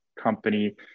company